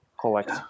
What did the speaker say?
Collect